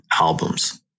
albums